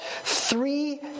three